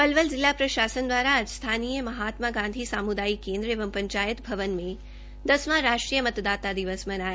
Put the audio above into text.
पलवल जिला प्रशासन द्वारा आज स्थानीय महात्मा गांधी सामुदायिक केन्द्र एवं पंचायत भवन पलवल में दसवां राष्ट्रीय मतदाता दिवस मनाया